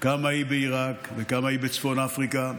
כמה היא בעיראק וכמה היא בצפון אפריקה.